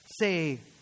say